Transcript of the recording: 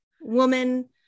woman